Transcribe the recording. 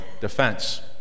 defense